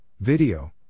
Video